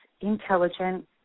intelligent